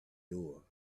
door